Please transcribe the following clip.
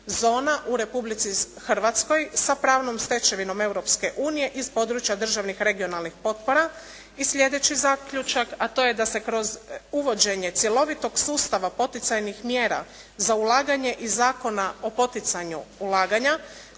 zona u Republici Hrvatskoj sa pravnom stečevinom Europske unije iz područja državnih regionalnih potpora. I sljedeći zaključak, a to je da se kroz uvođenje cjelovitog sustava poticajnih mjera za ulaganje iz Zakona o poticanju ulaganja